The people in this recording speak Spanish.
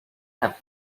las